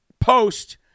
Post